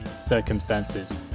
circumstances